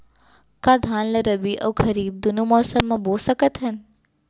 का धान ला रबि अऊ खरीफ दूनो मौसम मा बो सकत हन?